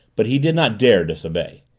but he did not dare disobey.